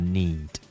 need